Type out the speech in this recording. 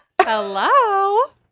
hello